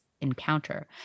encounter